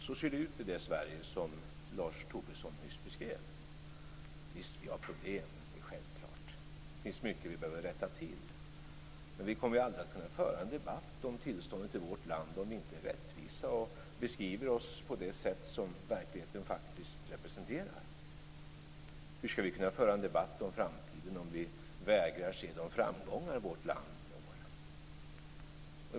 Så ser det ut i det Sverige som Lars Tobisson nyss beskrev. Visst har vi problem. Det är självklart. Det finns mycket som vi behöver rätta till. Men vi kommer aldrig att kunna föra en debatt om tillståndet i vårt land om vi inte är rättvisa och beskriver oss på det sätt som verkligheten faktiskt representerar. Hur skall vi kunna föra en debatt om framtiden om vi vägrar att se de framgångar vårt land når?